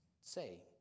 say